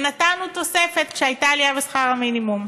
ונתנו תוספת כשהייתה עלייה בשכר המינימום.